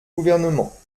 gouvernement